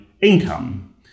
income